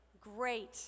Great